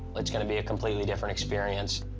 it's gonna be a completely different experience.